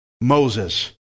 Moses